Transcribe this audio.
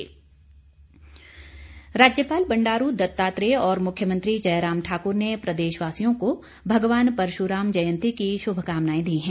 शुभकामनाएं राज्यपाल बंडारू दत्तात्रेय और मुख्यमंत्री जयराम ठाकुर ने प्रदेशवासियों को भगवान परशुराम जयंती की शुभकामनाएं दी हैं